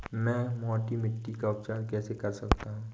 मैं मोटी मिट्टी का उपचार कैसे कर सकता हूँ?